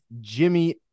Jimmy